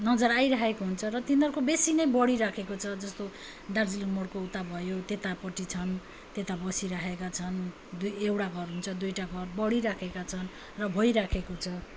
नजर आइरहेको हुन्छ र तिनीहरूको बेसी नै बढिराखेको छ जस्तो दार्जिलिङ मोड्को उता भयो त्यतापट्टि छन् त्यता बसिराखेका छन् दुई एउटा घर हुन्छ दुइवटा घर बढिराखेका छन् र भइराखेको छ